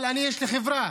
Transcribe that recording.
אבל יש לי חברה,